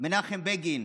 מנחם בגין,